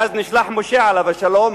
ואז נשלח משה, עליו השלום,